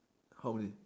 how many